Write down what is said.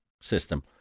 system